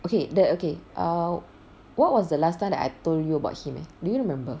okay the okay err what was the last time that I told you about him eh do you remember